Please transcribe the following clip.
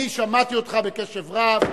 אני שמעתי אותך בקשב רב.